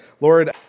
Lord